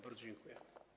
Bardzo dziękuję.